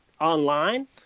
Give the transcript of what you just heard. online